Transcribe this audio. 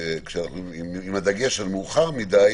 אם הדגש הוא על מאוחר מדי